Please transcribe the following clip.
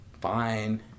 Fine